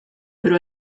pero